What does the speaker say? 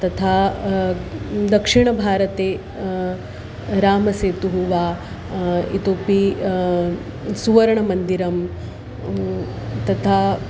तथा दक्षिणभारते रामसेतुः वा इतोऽपि सुवर्णमन्दिरं तथा